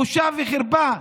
בושה וחרפה,